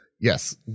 yes